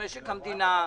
משק המדינה,